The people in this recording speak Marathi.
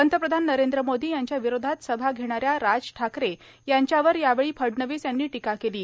पंतप्रधान नरद्र मोदो यांच्या विरोधात सभा घेणाऱ्या राज ठाकरे यांच्यावर यावेळी फडणवीस यांनी टोका केलो